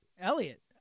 Elliot